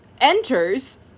enters